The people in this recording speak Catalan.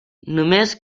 només